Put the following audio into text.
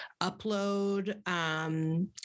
upload